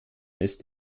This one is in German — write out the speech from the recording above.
ist